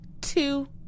two